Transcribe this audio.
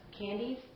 candies